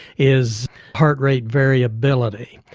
is heart rate variability,